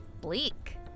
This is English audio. Bleak